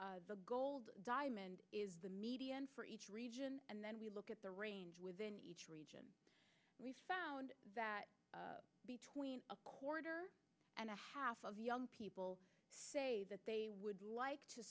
gold diamond is the median for each region and then we look at the range within each region reese found that between a quarter and a half of young people say that they would like to